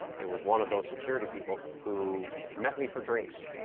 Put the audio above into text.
it was one of those security people who met me for drinks.